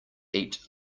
eat